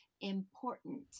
important